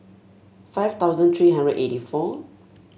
five thousand three hundred eighty four